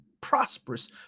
prosperous